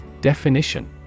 Definition